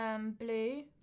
Blue